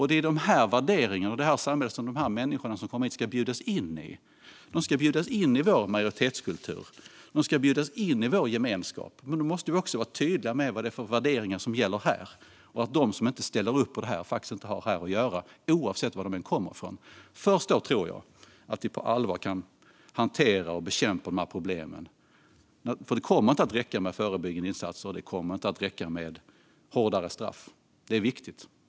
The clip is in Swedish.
Det är dessa värderingar och detta samhälle som de människor som kommer hit ska bjudas in i. De ska bjudas in i vår majoritetskultur och vår gemenskap, men då måste vi också vara tydliga med vilka värderingar som gäller här och med att de som inte ställer upp på dem faktiskt inte har här att göra, oavsett varifrån de kommer. Först då, tror jag, kan vi på allvar hantera och bekämpa dessa problem. Det kommer inte att räcka med förebyggande insatser och hårdare straff.